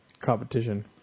Competition